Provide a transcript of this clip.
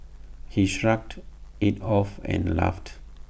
he shrugged IT off and laughed